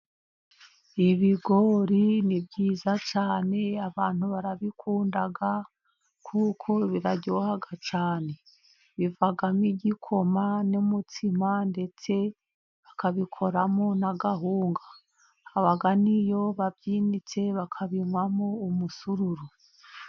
Ibigori ni byiza cyane. Abantu barabikunda kuko biraryoha cyane bivamo, igikoma n' umutsima ndetse bakabikoramo n' akawunga, habaniyo babyinitse bakabinywamo umusururu.